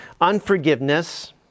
Unforgiveness